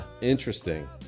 Interesting